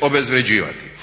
obezvrjeđivati.